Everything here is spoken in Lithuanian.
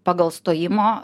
pagal stojimo